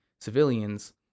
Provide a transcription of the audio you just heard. civilians